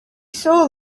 saw